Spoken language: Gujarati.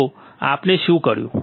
તો આપણે શું કર્યું